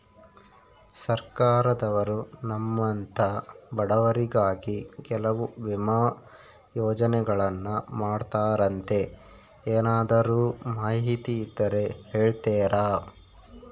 ಸರ್ಕಾರದವರು ನಮ್ಮಂಥ ಬಡವರಿಗಾಗಿ ಕೆಲವು ವಿಮಾ ಯೋಜನೆಗಳನ್ನ ಮಾಡ್ತಾರಂತೆ ಏನಾದರೂ ಮಾಹಿತಿ ಇದ್ದರೆ ಹೇಳ್ತೇರಾ?